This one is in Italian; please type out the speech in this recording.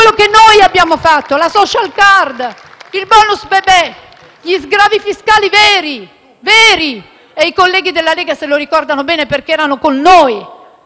quello che noi abbiamo fatto, la *social card*, il *bonus* bebè, gli sgravi fiscali veri. E i colleghi della Lega se lo ricordano bene, perché erano con noi